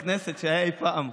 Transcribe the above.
שהיה בכנסת אי פעם.